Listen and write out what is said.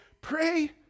Pray